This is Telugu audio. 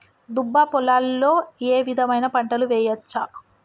దుబ్బ పొలాల్లో ఏ విధమైన పంటలు వేయచ్చా?